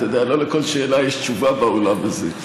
אתה יודע, לא על כל שאלה יש תשובה בעולם הזה,